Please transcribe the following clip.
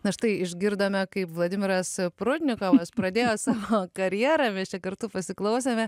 na štai išgirdome kaip vladimiras prudnikovas pradėjo savo karjerą mes čia kartu pasiklausėme